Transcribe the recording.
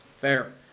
Fair